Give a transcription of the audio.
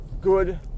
good